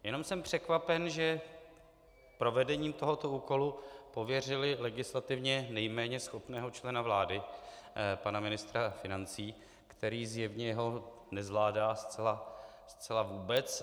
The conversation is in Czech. Jenom jsem překvapen, že provedením tohoto úkolu pověřili legislativně nejméně schopného člena vlády, pana ministra financí, který ho zjevně nezvládá zcela vůbec.